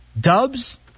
Dubs